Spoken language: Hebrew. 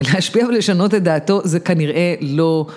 להשפיע ולשנות את דעתו זה כנראה לא...